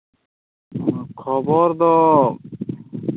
ᱠᱷᱚᱵᱚᱨ ᱫᱚ